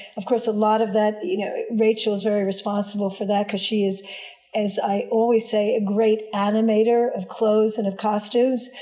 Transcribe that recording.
of course, a lot of that, you know rachel's very responsible for that because she is as i always say a great animator of clothes and of costumes.